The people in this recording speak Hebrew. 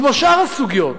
כמו שאר הסוגיות,